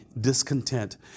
discontent